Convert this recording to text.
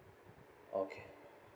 okay